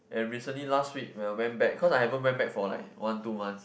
and recently last week when I went back cause I haven't went back for like one two months